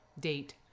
date